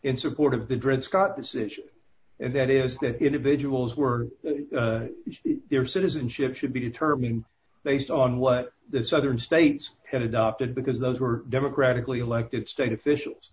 in support of the dred scott decision and that is that individuals were their citizenship should be determined based on what the southern states had adopted because those were democratically elected state officials